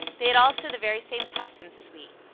they had also the very same customs as we.